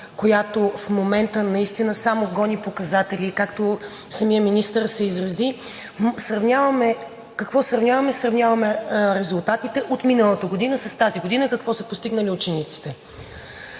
която в момента наистина само гони показатели, както самият министър се изрази, сравняваме – какво сравняваме, сравняваме резултатите от миналата година с тази година – какво са постигнали учениците.